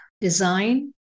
design